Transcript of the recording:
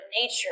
nature